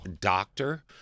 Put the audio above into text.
doctor